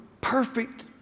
perfect